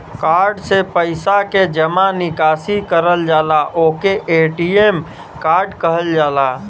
card से पइसा के जमा निकासी करल जाला ओके ए.टी.एम कार्ड कहल जाला